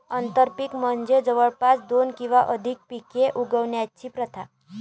आंतरपीक म्हणजे जवळपास दोन किंवा अधिक पिके उगवण्याची प्रथा